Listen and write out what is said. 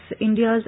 India's